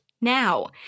now